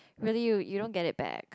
really you you don't get it back